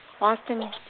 Austin